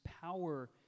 power